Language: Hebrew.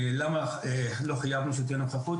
למה לא חייבנו שתהיה נוכחות?